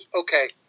okay